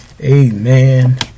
Amen